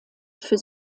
für